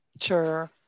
Sure